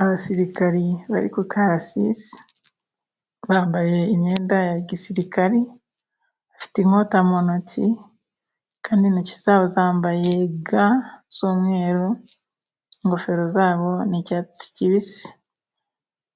Abasirikari bari ku karasisi bambaye imyenda ya gisirikari, bafite inkota mu ntoki kandi intoki zabo zambaye ga z'umweru, ingofero zabo ni icyatsi kibisi